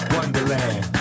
Wonderland